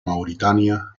mauritania